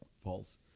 False